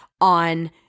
on